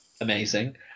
amazing